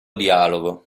dialogo